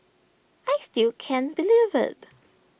I still can't believe IT